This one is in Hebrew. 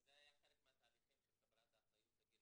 זה היה חלק מהתהליכים של קבלת האחריות לגיל